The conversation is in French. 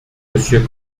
monsieur